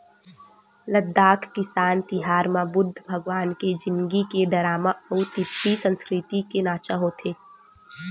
लद्दाख किसान तिहार म बुद्ध भगवान के जिनगी के डरामा अउ तिब्बती संस्कृति के नाचा होथे